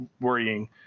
worrying